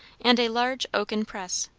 and a large oaken press.